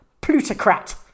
plutocrat